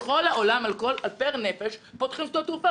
בכל העולם פר נפש פותחים שדות תעופה,